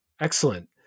excellent